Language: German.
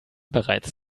bereits